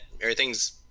Everything's